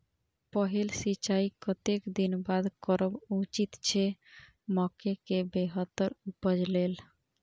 पहिल सिंचाई कतेक दिन बाद करब उचित छे मके के बेहतर उपज लेल?